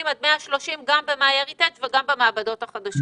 180 עד 130 גם ז- MyHeritageוגם במעבדות החדשות.